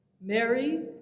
Mary